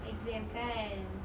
exam kan